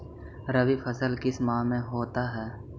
रवि फसल किस माह में होता है?